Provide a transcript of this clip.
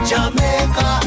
Jamaica